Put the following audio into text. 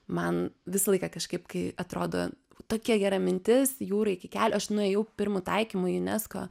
man visą laiką kažkaip kai atrodo tokia gera mintis jūra iki kelių aš nuėjau pirmu taikymu į junesko